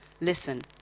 Listen